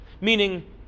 meaning